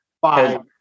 five